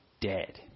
dead